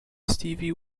stevie